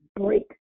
break